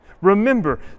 remember